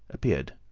appeared.